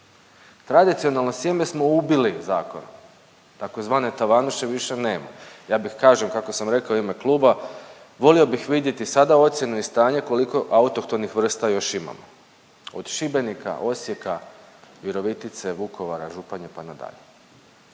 Tradicionalno sjeme smo ubili zakonom tzv. tavanuše više nema. Ja bih, kažem kako sam rekao i u ime kluba volio bih vidjeti sada ocjenu i stanje koliko autohtonih vrsta još imamo od Šibenika, Osijeka, Virovitice, Vukovara, Županje, pa nadalje.